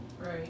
Right